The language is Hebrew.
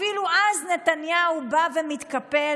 אפילו אז נתניהו בא ומתקפל,